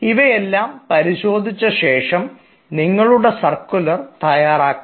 ഇവയെല്ലാം പരിശോധിച്ച ശേഷം നിങ്ങളുടെ സർക്കുലർ തയ്യാറാക്കാം